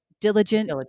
diligent